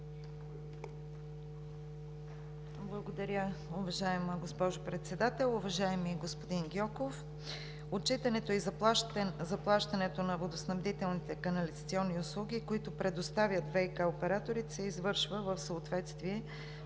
Благодаря, уважаема госпожо Председател. Уважаеми господин Гьоков, отчитането и заплащането на водоснабдителните и канализационните услуги, които предоставят ВиК операторите, се извършва в съответствие